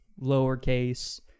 lowercase